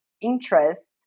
interest